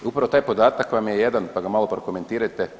Upravo taj podatak vam je jedan, pa ga malo prokomentirajte.